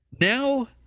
Now